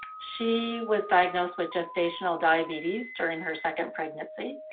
she was diagnosed with gestational diabetes during her second pregnancy,